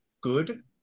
good